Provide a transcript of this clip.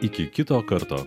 iki kito karto